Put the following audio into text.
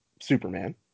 superman